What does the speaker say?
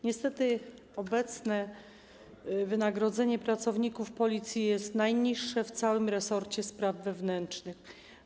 Niestety obecne wynagrodzenie pracowników Policji jest najniższe w całym resorcie spraw wewnętrznych.